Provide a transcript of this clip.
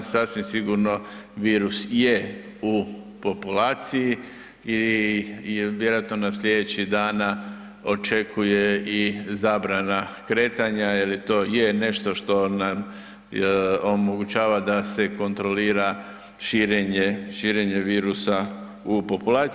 Sasvim sigurno virus je u populaciji i vjerojatno nas sljedećih dana očekuje i zabrana kretanja jer to je nešto što nam omogućava da se kontrolira širenje virusa u populaciji.